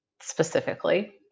specifically